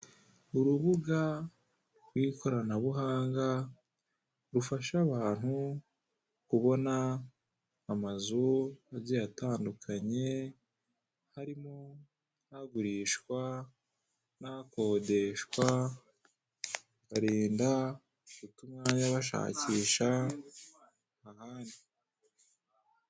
Urubuga rw'ikoranabuhanga rufasha abantu kubona amazu agiye atandukanye harimo agurishawa n' akodeshwa bikabarinda guta umwanya bashakisha ahandi.